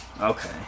Okay